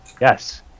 yes